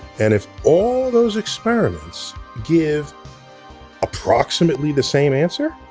and if all those experiments give approximately the same answer,